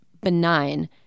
benign